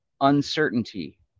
uncertainty